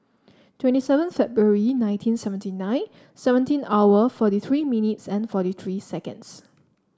twenty seven February nineteen seventy nine seventeen hour forty three minutes and forty three seconds